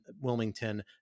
Wilmington